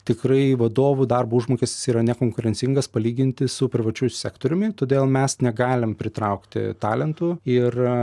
tikrai vadovų darbo užmokestis jis yra nekonkurencingas palyginti su privačiu sektoriumi todėl mes negalim pritraukti talentų ir